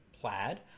Plaid